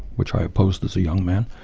which i opposed as a young man,